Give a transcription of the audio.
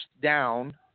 down